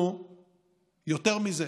יותר מזה,